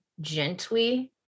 gently